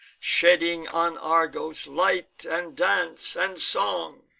shedding on argos light, and dance, and song,